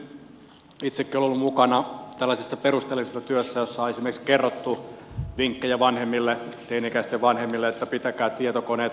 itsekin olen ollut mukana tällaisessa perusteellisessa työssä jossa on esimerkiksi kerrottu vinkkejä teini ikäisten vanhemmille että pitäkää tietokoneet olohuoneessa ja niin edelleen